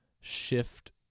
shift